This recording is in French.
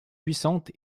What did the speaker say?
puissante